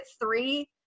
three